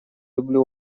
люблю